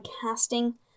casting